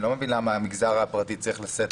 אני לא מבין הפרטי צריך לשאת